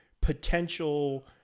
potential